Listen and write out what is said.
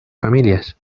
familias